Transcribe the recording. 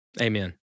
Amen